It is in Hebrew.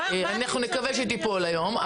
אנחנו נקווה שהיא תיפול היום.